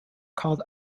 called